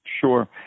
Sure